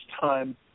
time